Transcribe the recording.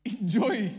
Enjoy